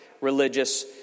religious